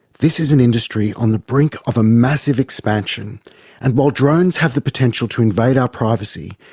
this is an industry on the brink of a massive expansion and while drones have the potential to invade our privacy,